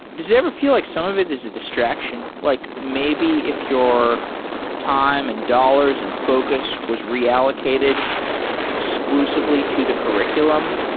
does it ever feel like some of it is a distraction? like maybe if you're time and dollars and focus was reallocated exclusively to the curr iculum,